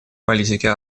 политики